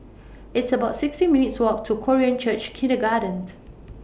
It's about sixteen minutes' Walk to Korean Church Kindergarten